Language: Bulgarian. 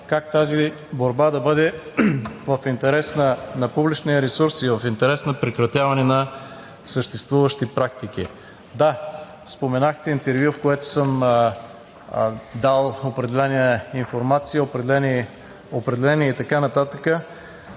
как тази борба да бъде в интерес на публичния ресурс и в интерес на прекратяване на съществуващи практики. Да, споменахте интервю, в което съм дал определена информация, определения и така нататък,